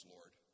Lord